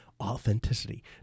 authenticity